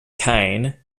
kain